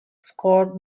scored